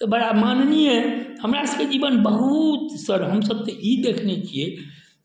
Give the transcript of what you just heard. तऽ बड़ा माननीय तऽ हमरासभके जीवन बहुत सर हमसभ तऽ ई देखने छिए